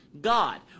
God